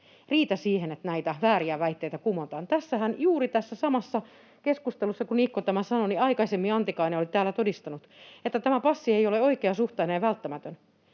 riitä siihen, että näitä vääriä väitteitä kumotaan. Juuri tässä samassa keskustelussahan, jossa Niikko tämän sanoi, oli Antikainen aikaisemmin täällä todistanut, että tämä passi ei ole oikeasuhtainen ja välttämätön.